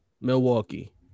Milwaukee